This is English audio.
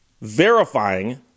verifying